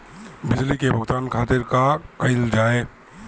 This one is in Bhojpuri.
बिजली के भुगतान खातिर का कइल जाइ?